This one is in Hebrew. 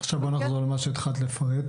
עכשיו בואי נחזור למה שהתחלת לפרט,